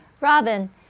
Robin